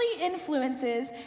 influences